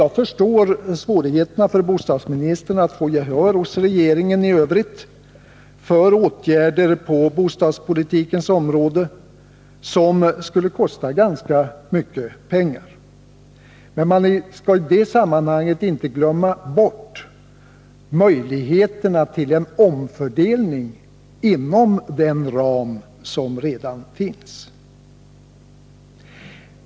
Jag förstår svårigheterna för bostadsministern att få gehör hos regeringen i övrigt för åtgärder på bostadspolitikens område som skulle kosta ganska mycket pengar. Man skall emellertid i det sammanhanget inte glömma bort möjligheterna till en omfördelning inom den ram som redan finns.